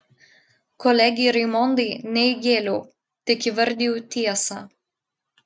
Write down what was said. kolegei raimondai ne įgėliau tik įvardijau tiesą